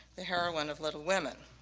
the heroine of little women.